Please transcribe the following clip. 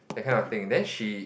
that kind of thing then she